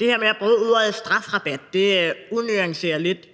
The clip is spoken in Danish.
Det her med at bruge ordet strafrabat unuancerer den